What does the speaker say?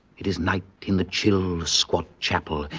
it is night in the chill, squat chapel,